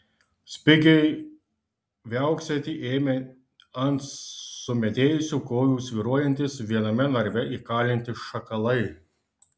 spigiai viauksėti ėmė ant sumedėjusių kojų svyruojantys viename narve įkalinti šakalai